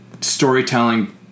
storytelling